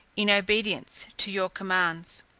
in obedience to your commands.